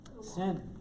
sin